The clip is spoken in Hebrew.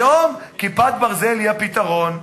היום "כיפת ברזל" היא הפתרון.